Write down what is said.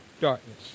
darkness